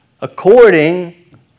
According